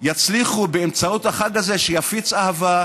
יצליחו באמצעות החג הזה שיפיץ אהבה,